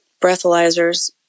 breathalyzers